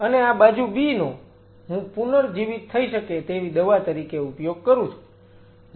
અને આ બાજુ B નો હું પુનર્જીવિત થઈ શકે તેવી દવા તરીકે ઉપયોગ કરું છું